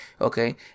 okay